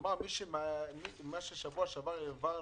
כלומר מה שבשבוע שעבר העברנו,